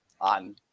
on